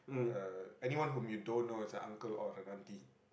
uh anyone whom you don't know is an uncle or an aunty